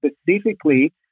specifically